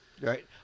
Right